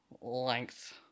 length